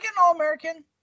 All-American